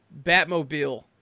Batmobile